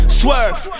swerve